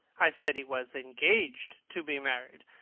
i said he was engaged to be married.